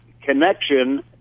connection